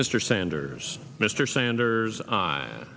mr sanders mr sanders